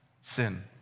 sin